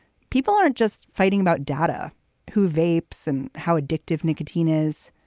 people aren't just fighting about data who vapes and how addictive nicotine is.